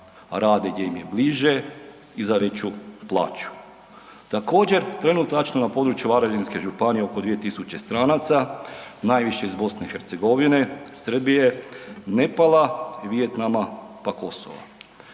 da rade gdje im je bliže i za veću plaću. Također trenutačno na području Varaždinske županije je oko 2000 stranaca, najviše iz BiH-a, Srbije, Nepala, Vijetnama pa Kosova.